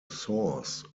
source